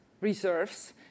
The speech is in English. reserves